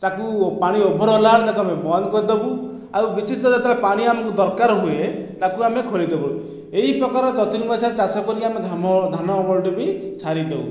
ତାକୁ ପାଣି ଓଭର ହେଲାବେଳେ ତାକୁ ଆମେ ବନ୍ଦ କରିଦେବୁ ଆଉ ବିଚିତ୍ର ଯେତେବେଳେ ପାଣି ଆମକୁ ଦରକାର ହୁଏ ତାକୁ ଆମେ ଖୋଲିଦେବୁ ଏହି ପ୍ରକାର ଚତୁର୍ମାସ୍ୟାରେ ଚାଷ କରିକି ଆମେ ଧାନ ଅମଳଟାବି ସାରିଦେଉ